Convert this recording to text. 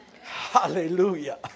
Hallelujah